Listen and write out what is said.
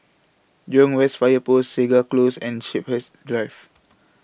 Jurong West Fire Post Segar Close and Shepherds Drive